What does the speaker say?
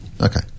okay